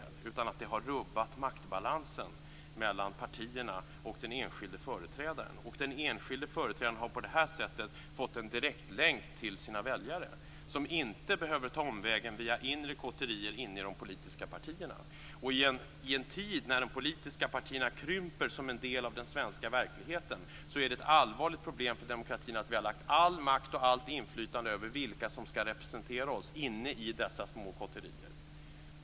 Den främsta meriten är att det har rubbat maktbalansen mellan partierna och den enskilde företrädaren. Den enskilde företrädaren har på det här sättet fått en direktlänk till sina väljare, som inte behöver ta omvägen via inre kotterier inne i de politiska partierna. I en tid när de politiska partierna krymper som en del av den svenska verkligheten är det ett allvarligt problem för demokratin att vi har lagt all makt och allt inflytande över vilka som skall representera oss inne i dessa små kotterier.